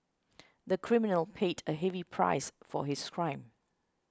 the criminal paid a heavy price for his crime